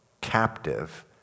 captive